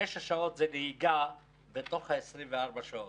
תשע שעות זה נהיגה בתוך 24 השעות.